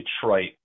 Detroit